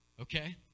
Okay